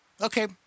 Okay